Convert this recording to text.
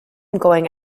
going